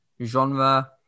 genre